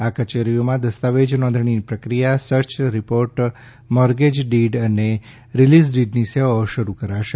આ કચેરીઓમાં દસ્તાવેજ નોંધણીની પ્રક્રિયા સર્ય રિપોર્ટ મોર્ગેજ ડિડ અને રિલીઝ ડિડની સેવાઓ શરૂ કરાશે